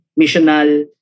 missional